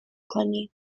کنیم